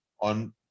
on